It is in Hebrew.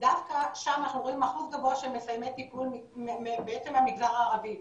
דווקא שם אנחנו רואים אחוז גבוה של מסיימי טיפול מהמגזר הערבי.